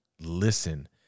listen